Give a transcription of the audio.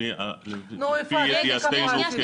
לפי ידיעתנו כ